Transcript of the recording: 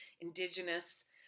indigenous